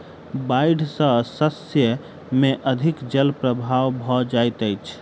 बाइढ़ सॅ शस्य में अधिक जल भराव भ जाइत अछि